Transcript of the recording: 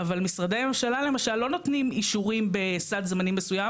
אבל משרדי הממשלה למשל לא נותנים אישורים בסד זמנים מסוים